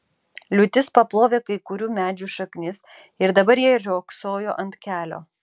liūtis paplovė kai kurių medžių šaknis ir dabar jie riogsojo ant kelio